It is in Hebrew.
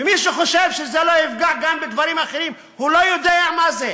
מי שחושב שזה לא יפגע גם בדברים אחרים לא יודע מה זה,